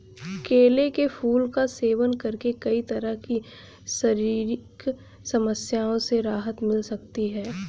केले के फूल का सेवन करके कई तरह की शारीरिक समस्याओं से राहत मिल सकती है